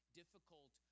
difficult